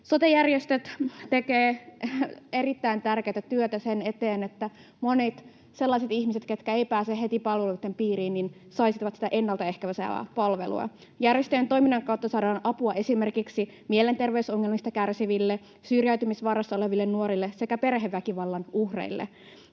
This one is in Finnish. Sote-järjestöt tekevät erittäin tärkeätä työtä sen eteen, että monet sellaiset ihmiset, jotka eivät pääse heti palveluitten piiriin, saisivat sitä ennaltaehkäisevää palvelua. Järjestöjen toiminnan kautta saadaan apua esimerkiksi mielenterveysongelmista kärsiville, syrjäytymisvaarassa oleville nuorille sekä perheväkivallan uhreille.